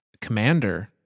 commander